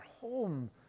home